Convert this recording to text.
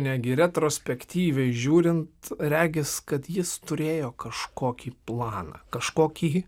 netgi retrospektyviai žiūrint regis kad jis turėjo kažkokį planą kažkokį